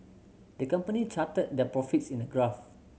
the company charted their profits in a graph